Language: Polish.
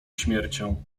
śmiercią